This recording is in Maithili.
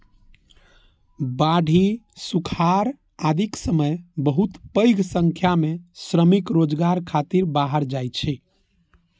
बाढ़ि, सुखाड़ आदिक समय बहुत पैघ संख्या मे श्रमिक रोजगार खातिर बाहर जाइ छै